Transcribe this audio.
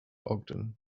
ogden